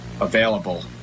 available